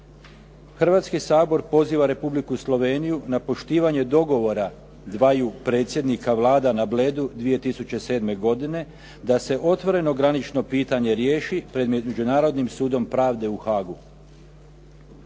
Hrvatski sabor poziva Republiku Sloveniju na poštivanje dogovora dvaju predsjednika Vlada na Bledu 2007. godine da se otvoreno granično pitanje riješi pred Međunarodnim sudom pravde u Haagu.